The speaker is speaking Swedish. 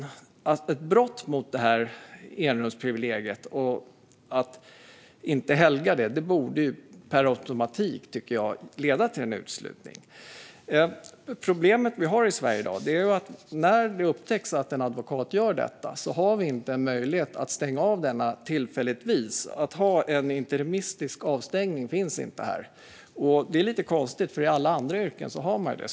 Ett brott mot enrumsprivilegiets helgd borde per automatik leda till uteslutning. Ett problem är att när det upptäcks att en advokat bryter mot detta finns ingen möjlighet att tillfälligt stänga av advokaten. Någon interimistisk avstängning finns inte. Det är lite konstigt, för i alla andra yrken har man det.